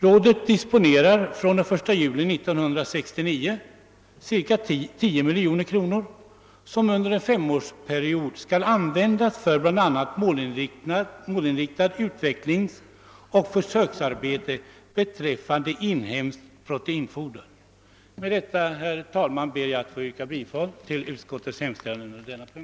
Rådet disponerar från den 1 juli 1969 ca 10 miljoner kronor som under en femårsperiod skall användas för bl.a. målinriktat utvecklingsoch försöksarbete beträffande inhemskt proteinfoder. Med detta ber jag, herr talman, att få yrka bifall till utskottets hemställan.